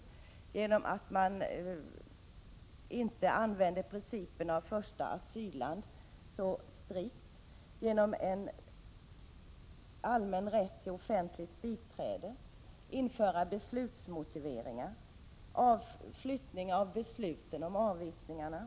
I motionen föreslås också att man inte skall använda principen om första asylland så strikt. Vi föreslår även allmän rätt till offentligt biträde, införande av beslutsmotiveringar och flyttning av besluten om avvisningarna.